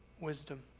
wisdom